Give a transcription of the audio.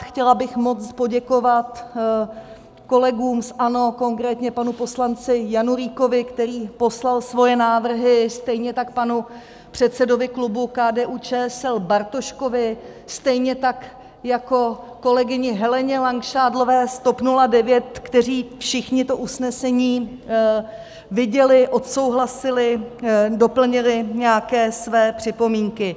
Chtěla bych moc poděkovat kolegům z ANO, konkrétně panu poslanci Janulíkovi, který poslal svoje návrhy, stejně tak panu předsedovi klubu KDUČSL Bartoškovi, stejně tak jako kolegyni Heleně Langšádlové z TOP 09, kteří všichni to usnesení viděli, odsouhlasili, doplnili nějaké své připomínky.